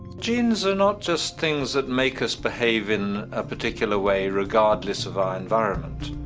genes are not just things that make us behave in a particular way regardless of our environment.